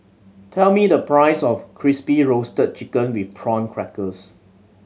tell me the price of Crispy Roasted Chicken with Prawn Crackers